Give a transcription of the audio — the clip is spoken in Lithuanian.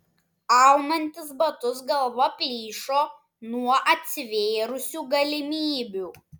aunantis batus galva plyšo nuo atsivėrusių galimybių